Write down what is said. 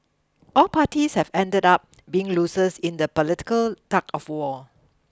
all parties have ended up being losers in the political tug of war